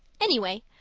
anyway,